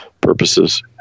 purposes